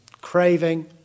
craving